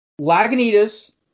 Lagunitas